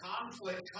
conflict